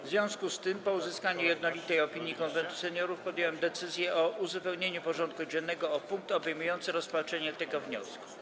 W związku z tym, po uzyskaniu jednolitej opinii Konwentu Seniorów, podjąłem decyzję o uzupełnieniu porządku dziennego o punkt obejmujący rozpatrzenie tego wniosku.